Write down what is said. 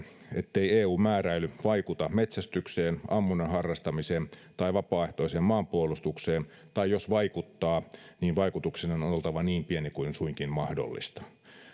ettei eun määräily vaikuta metsästykseen ammunnan harrastamiseen tai vapaaehtoiseen maanpuolustukseen tai jos vaikuttaa niin vaikutuksen on on oltava niin pieni kuin suinkin mahdollista